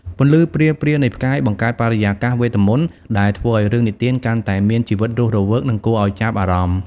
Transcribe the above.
ពន្លឺព្រាលៗនៃផ្កាយបង្កើតបរិយាកាសវេទមន្តដែលធ្វើឲ្យរឿងនិទានកាន់តែមានជីវិតរស់រវើក និងគួរឲ្យចាប់អារម្មណ៍ ។